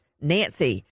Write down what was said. Nancy